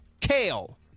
kale